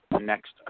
next